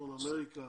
צפון אמריקה